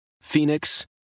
Phoenix